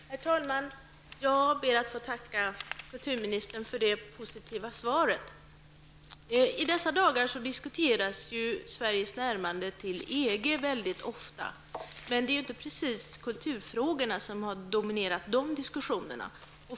Herr talman! Jag ber att få tacka kulturministern för det positiva svaret. I dessa dagar diskuteras Sveriges närmande till EG mycket ofta. Men det är inte precis kulturfrågorna som har dominerat diskussionerna.